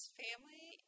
family